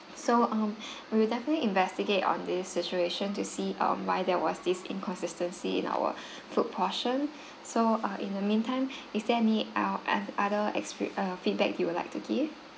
so um we will definitely investigate on this situation to see um why there was this inconsistency in our food portion so uh in the meantime is there any o~ ot~ other exper~ uh feedback you would like to give